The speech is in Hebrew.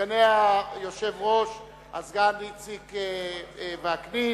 סגני יושב-ראש הכנסת, הסגן איציק וקנין,